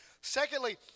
Secondly